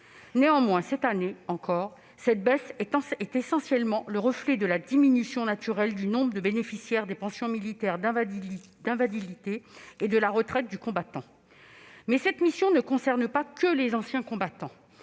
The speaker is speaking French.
Néanmoins, cette année encore, cette baisse est essentiellement le reflet de la diminution naturelle du nombre de bénéficiaires des pensions militaires d'invalidité et de la retraite du combattant. Cela dit, cette mission ne concerne pas que les anciens combattants